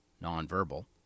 non-verbal